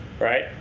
right